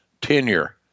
tenure